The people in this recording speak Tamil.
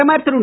பிரதமர் திரு